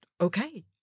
okay